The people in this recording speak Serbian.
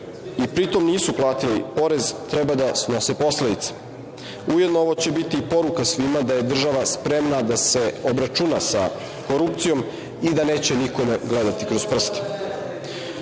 i pri tome nisu platili porez, treba da snose posledice. Ujedno, ovo će biti i poruka svima da je država spremna da se obračuna sa korupcijom i da neće nikome gledati kroz